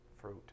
fruit